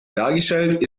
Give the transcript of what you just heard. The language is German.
dargestellt